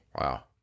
Wow